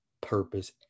purpose